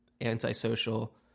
antisocial